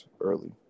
early